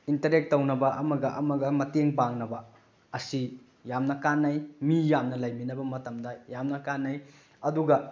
interact ꯇꯧꯅꯕ ꯑꯃꯒ ꯑꯃꯒ ꯃꯇꯦꯡ ꯄꯥꯡꯅꯕ ꯑꯁꯤ ꯌꯥꯝꯅ ꯀꯥꯟꯅꯩ ꯃꯤ ꯌꯥꯝꯅ ꯂꯩꯃꯤꯟꯅꯕ ꯃꯇꯝꯗ ꯌꯥꯝꯅ ꯀꯥꯟꯅꯩ ꯑꯗꯨꯒ